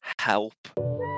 help